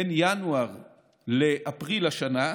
בין ינואר לאפריל השנה,